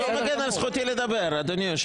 אתה לא מגן על זכותי לדבר, אדוני היושב-ראש.